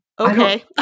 Okay